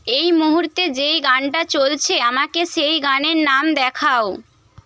এই মুহুর্তে যেই গানটা চলছে আমাকে সেই গানের নাম দেখাও